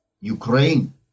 Ukraine